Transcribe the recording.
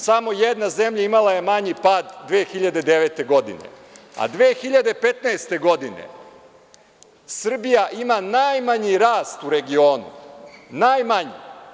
Samo jedna zemlja imala je manji pad 2009. godine, a 2015. godine Srbija ima najmanji rast u regionu, najmanji.